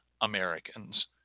Americans